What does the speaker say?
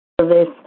service